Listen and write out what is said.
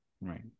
right